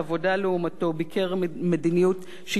ביכר מדיניות שהיא ריאליסטית: